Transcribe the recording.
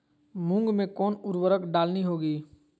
मूंग में कौन उर्वरक डालनी होगी?